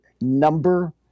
number